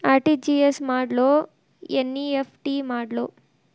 RTGS ಮಾಡ್ಲೊ NEFT ಮಾಡ್ಲೊ?